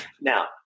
Now